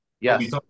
Yes